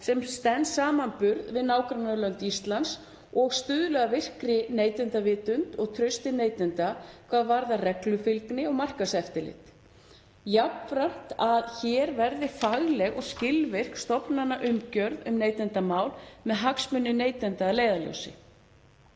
sem stenst samanburð við nágrannalönd Íslands og stuðla að virkri neytendavitund og trausti neytenda hvað varðar reglufylgni og markaðseftirlit. Jafnframt að hér verði fagleg og skilvirk stofnanaumgjörð um neytendamál með hagsmuni neytenda að leiðarljósi.